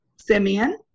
Simeon